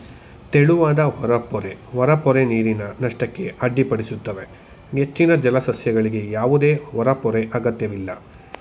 ತೆಳುವಾದ ಹೊರಪೊರೆ ಹೊರಪೊರೆ ನೀರಿನ ನಷ್ಟಕ್ಕೆ ಅಡ್ಡಿಪಡಿಸುತ್ತವೆ ಹೆಚ್ಚಿನ ಜಲಸಸ್ಯಗಳಿಗೆ ಯಾವುದೇ ಹೊರಪೊರೆ ಅಗತ್ಯವಿಲ್ಲ